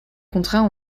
contrats